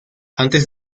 antes